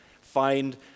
find